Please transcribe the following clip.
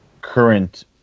current